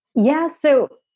yeah so